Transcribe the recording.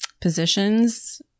positions